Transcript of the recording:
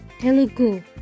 Telugu